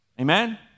Amen